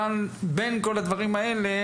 אבל בין כל הדברים האלה,